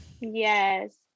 Yes